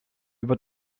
über